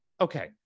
Okay